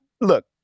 look